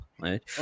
Right